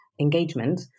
engagement